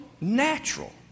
natural